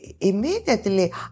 immediately